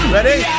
Ready